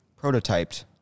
prototyped